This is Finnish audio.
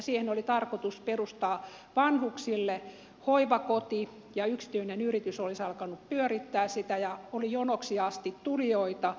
siihen oli tarkoitus perustaa vanhuksille hoivakoti yksityinen yritys olisi alkanut pyörittää sitä ja oli jonoksi asti tulijoita